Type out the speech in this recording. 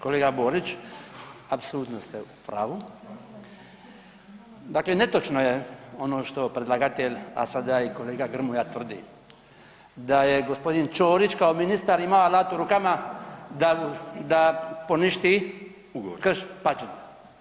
Kolega Borić, apsolutno ste u pravu, dakle netočno je ono što predlagatelj, a sada i kolega Grmoja tvrdi da je gospodin Ćorić kao ministar imao alat u rukama da poništi Krš-Pađene.